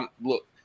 look